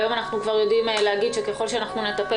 היום אנחנו כבר יודעים להגיד שככל שאנחנו נטפל